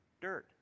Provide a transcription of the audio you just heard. dirt